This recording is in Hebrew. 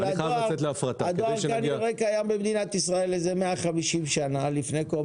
אבל הדואר קיים במדינת ישראל איזה 150 שנה לפני קום